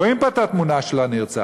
רואים פה את התמונה של הנרצח,